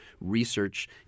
Research